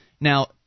Now